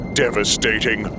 devastating